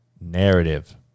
Narrative